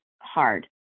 hard